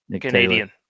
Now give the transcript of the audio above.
Canadian